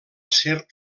serp